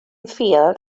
field